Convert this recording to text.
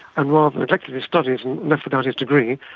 and rather neglected his studies and left without his degree.